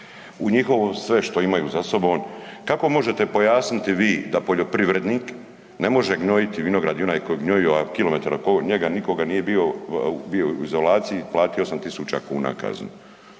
u njihovo sve što imaju za sobom, kako možete pojasniti vi da poljoprivrednik ne može gnojiti vinograd i onaj koji je gnojio, a kilometar oko njega nikoga nije bilo, a bio je u izolaciji platio 8,000 kuna kazne?